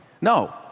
No